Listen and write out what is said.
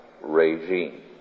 regime